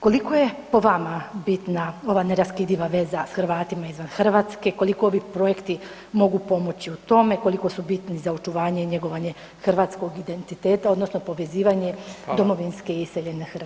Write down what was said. Koliko je po vama bitna ova neraskidiva veza s Hrvatima izvan Hrvatske, koliko ovi projekti mogu pomoći u tome, koliko su bitni za očuvanje i njegovanje hrvatskog identiteta odnosno povezivanje domovinske i iseljene Hrvatske?